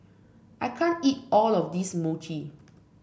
I can't eat all of this Mochi